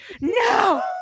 no